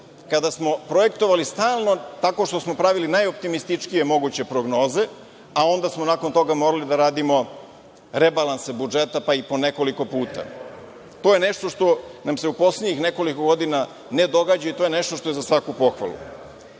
kada smo projektovali stalan tako što smo pravili najoptimističkije moguće prognoze, a onda smo nakon toga morali da radimo rebalanse budžeta pa i po nekoliko puta. To je nešto što nam se u poslednjih nekoliko godina ne događa i to je nešto je za svaku pohvalu. Dakle,